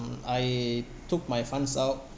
mm I took my funds out